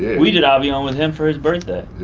we did avion with him for his birthday.